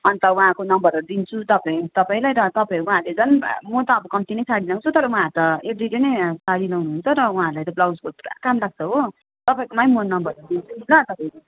अन्त उहाँको नम्बरहरू दिन्छु तपाईँ तपाईँलाई र तपाईँ उहाँहरूले झन् म त अब कम्ती नै साडी लगाउँछु तर उहाँहरू त एभ्री डे नै साडी लगाउनु हुन्छ र उहाँहरूलाई त ब्लाउजको पुरा काम लाग्छ हो तपाईँकोलाई म नम्बरहरू दिन्छु नि ल तपाईँको